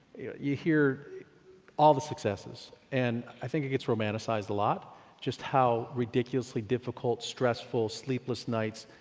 you hear all the successes and i think it gets romanticized a lot just how ridiculously difficult, stressful, sleepless nights,